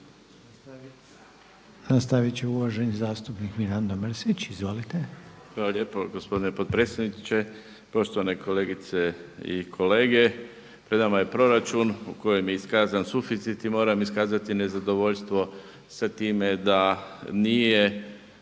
Nastavit će uvaženi zastupnik Mirando Mrsić. Izvolite. **Mrsić, Mirando (SDP)** Hvala lijepo gospodine potpredsjedniče. Poštovane kolegice i kolege. Pred nama je proračun u kojem je iskazan suficit i moram iskazati nezadovoljstvo sa time da nije